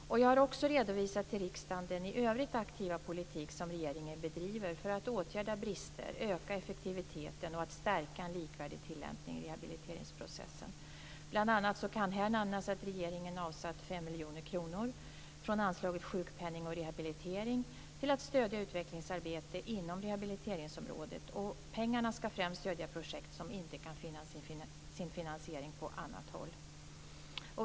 Jag har också redovisat till riksdagen den i övrigt aktiva politik som regeringen bedriver för att åtgärda brister, öka effektiviteten och stärka en likvärdig tillämpning i rehabiliteringsprocessen. Bl.a. kan här nämnas att regeringen avsatt 5 miljoner kronor från anslaget A1 Sjukpenning och rehabilitering m.m. till att stödja utvecklingsarbete inom rehabiliteringsområdet. Pengarna skall främst stödja projekt som inte kan finna sin finansiering på annat håll.